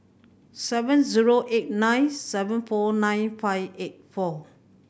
seven zero eight nine seven four nine five eight four